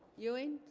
ewing